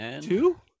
Two